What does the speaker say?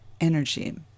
energy